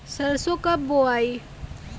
सरसो कब बोआई?